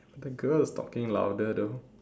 the girl is talking louder though